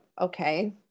Okay